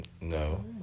No